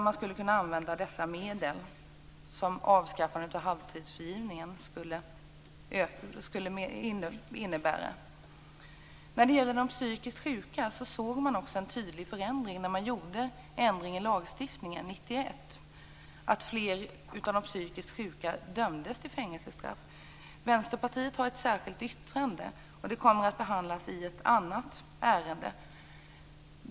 Man skulle kunna använda de medel som frigörs genom avskaffandet av halvtidsfrigivningen. När det gäller de psykiskt sjuka såg man en tydlig förändring när man gjorde en ändring i lagstiftningen Vänsterpartiet har ett särskilt yttrande. Det kommer att behandlas i samband med ett annat ärende.